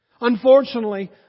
Unfortunately